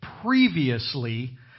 previously